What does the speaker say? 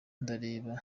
ndareba